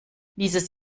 dieses